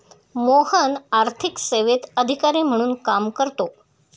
मोहन आर्थिक सेवेत अधिकारी म्हणून काम करतो